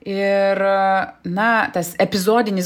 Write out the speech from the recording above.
ir na tas epizodinis